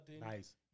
Nice